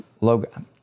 logo